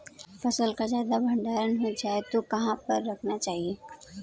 फसल का ज्यादा भंडारण हो जाए तो कहाँ पर रखना चाहिए?